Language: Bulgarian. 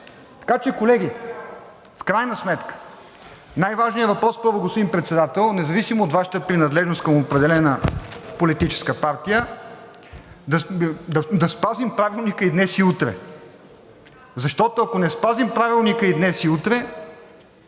Така че, колеги, в крайна сметка най-важният въпрос, първо, господин Председател, независимо от Вашата принадлежност към определена политическа партия, е да спазим Правилника и днес, и утре. Защото, ако не спазим Правилника и днес, и утре,